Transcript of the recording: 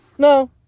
No